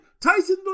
Tyson